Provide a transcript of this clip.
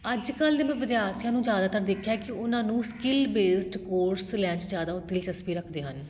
ਅੱਜ ਕੱਲ੍ਹ ਦੇ ਮੈਂ ਵਿਦਿਆਰਥੀਆਂ ਨੂੰ ਜ਼ਿਆਦਾਤਰ ਦੇਖਿਆ ਕਿ ਉਹਨਾਂ ਨੂੰ ਸਕਿੱਲ ਬੇਸਡ ਕੋਰਸ ਲੈਣ 'ਚ ਜ਼ਿਆਦਾ ਉਹ ਦਿਲਚਸਪੀ ਰੱਖਦੇ ਹਨ